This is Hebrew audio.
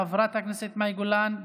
חברת הכנסת מאי גולן,